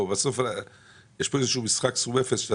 יש כאן איזשהו משחק סכום אפס.